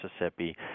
Mississippi